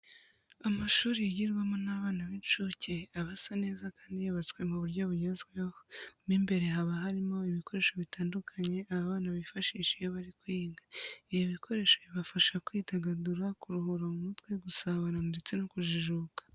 Amashuri yigirwamo n'abana b'incuke aba asa neza kandi yubatswe mu buryo bugezweho. Mo imbere haba harimo ibikoresho bitandukanye aba bana bifashisha iyo bari kwiga. Ibi bikoresho bibafasha kwidagadura, kuruhura mu mutwe, gusabana ndetse no kujijuka.